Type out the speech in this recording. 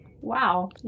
wow